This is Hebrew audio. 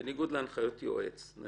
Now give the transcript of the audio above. בניגוד להנחיות יועץ.